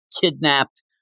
kidnapped